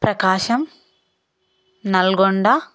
Prakasam Nalgonda